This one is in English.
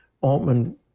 Altman